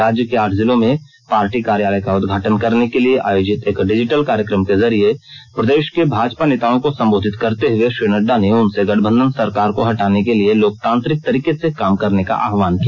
राज्य के आठ जिलों में पार्टी कार्यालय का उद्घाटन करने के लिए आयोजित एक डिजिटल कार्यक्रम के जरिये प्रदेश के भाजपा नेताओं को संबोधित करते हुए श्री नड्डा ने उनसे गठबंधन सरकार को हटाने के लिए लोकतांत्रिक तरीके से काम करने का आह्वान किया